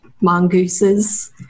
mongooses